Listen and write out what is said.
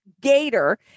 gator